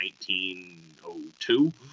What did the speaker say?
1902